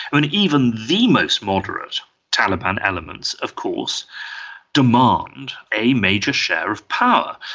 and even the most moderate taliban elements of course demand a major share of power,